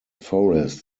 forest